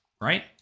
right